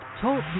Talk